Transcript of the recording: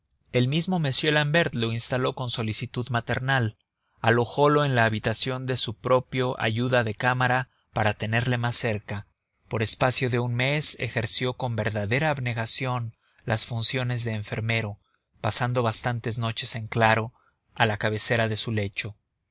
el mismo m l'ambert lo instaló con solicitud maternal alojolo en la habitación de su propio ayuda de cámara para tenerle más cerca por espacio de un mes ejerció con verdadera abnegación las funciones de enfermero pasando bastantes noches en claro a la cabecera de su lecho